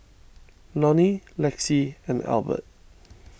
Lonny Lexie and Elbert